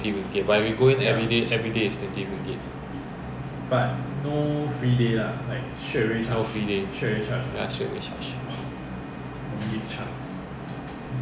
bas persiaran